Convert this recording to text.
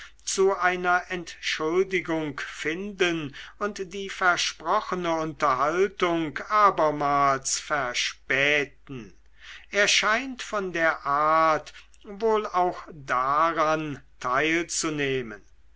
zu einer entschuldigung finden und die versprochene unterhaltung abermals verspäten er scheint von der art wohl auch daran teilzunehmen